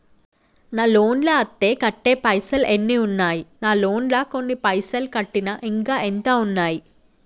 నా లోన్ లా అత్తే కట్టే పైసల్ ఎన్ని ఉన్నాయి నా లోన్ లా కొన్ని పైసల్ కట్టిన ఇంకా ఎంత ఉన్నాయి?